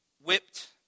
whipped